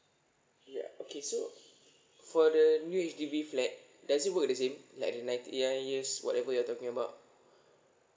yeah okay so for the new H_D_B flat does it work the same like the ninety nine years whatever you are talking about